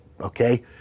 okay